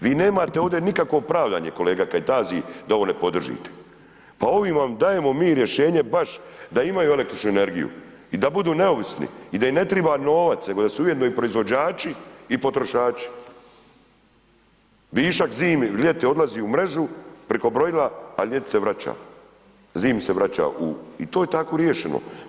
Vi nemate ovdje nikakvo pravdanje kolega Kajtazi da ovo ne podržite, pa ovim vam dajemo mi rješenje baš da imaju električnu energiju i da budu neovisni i da im ne triba novac, nego da su ujedno proizvođači i potrošači, višak zimi ili ljeti odlazi u mrežu priko brojila, a ljeti se vraća, zimi se vraća u, i to je tako riješeno.